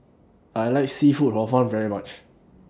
I like Seafood Hor Fun very much